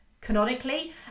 canonically